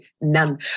None